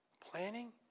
planning